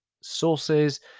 sources